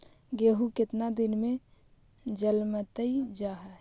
गेहूं केतना दिन में जलमतइ जा है?